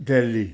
Delhi